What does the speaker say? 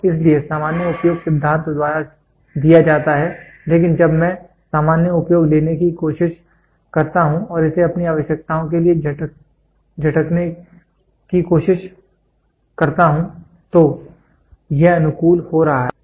इसलिए सामान्य उपयोग सिद्धांत द्वारा दिया जाता है लेकिन जब मैं सामान्य उपयोग लेने की कोशिश करता हूं और इसे अपनी आवश्यकताओं के लिए झटकने की कोशिश करता हूं तो यह अनुकूलन हो रहा है